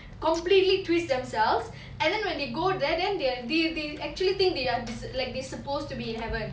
completely twist themselves and then when they go there then they they actually think they are like they supposed to be heaven